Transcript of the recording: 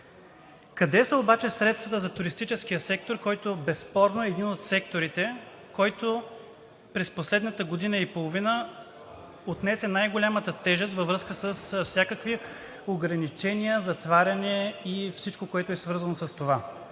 Къде са обаче средствата за туристическия сектор, който безспорно е един от секторите, който през последната година и половина отнесе най-голямата тежест във връзка с всякакви ограничения, затваряне и всичко, което е свързано с това.